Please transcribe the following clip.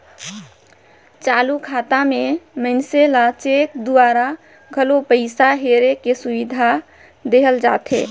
चालू खाता मे मइनसे ल चेक दूवारा घलो पइसा हेरे के सुबिधा देहल जाथे